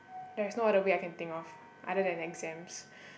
there's no other way I can think of other than exams